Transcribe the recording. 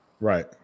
Right